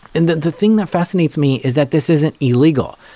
and the the thing that fascinates me is that this isn't illegal.